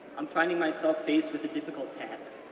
i'm finding myself faced with a difficult task,